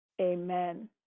Amen